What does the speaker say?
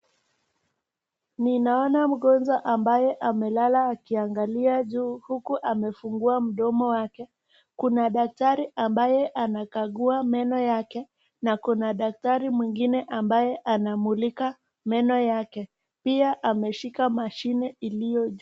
Ninaona mgonjwa ambaye amelala akiangalia juu huku akifungua mdomo wake, kuna daktari ambaye anakagua meno yake na kuna daktari mwingine ambaye anamulika meno yake, pia ameshika mashini iliyo juu.